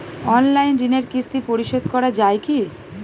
Online ঋণের কিস্তি পরিশোধ করা যায় কি?